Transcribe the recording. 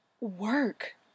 work